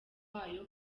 wayo